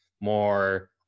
more